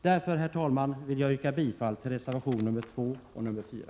Därmed vill jag, herr talman, yrka bifall till reservationerna nr 2 och 4.